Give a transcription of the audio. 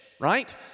right